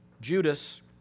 Judas